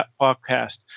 podcast